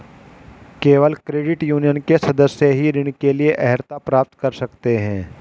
केवल credit union के सदस्य ही ऋण के लिए अर्हता प्राप्त कर सकते हैं